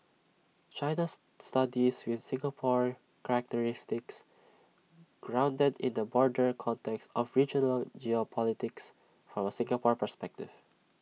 China's studies with Singapore characteristics grounded in the broader context of regional geopolitics from A Singapore perspective